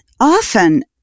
Often